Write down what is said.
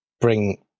bring